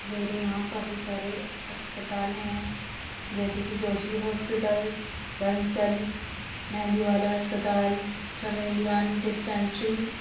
میرے یہاں کافی سارے اسپتال ہیں جیسے کہ جوشی ہاسپٹل بنسل مہندی والا اسپتال چمیلیان ڈسپنسری